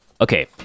okay